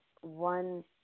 one